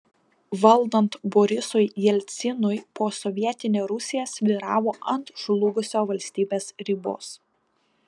valdant borisui jelcinui posovietinė rusija svyravo ant žlugusio valstybės ribos